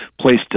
placed